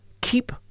keep